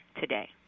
today